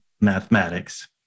mathematics